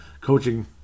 coaching